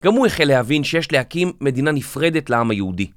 גם הוא החל להבין שיש להקים מדינה נפרדת לעם היהודי.